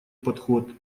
подход